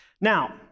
Now